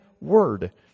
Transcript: word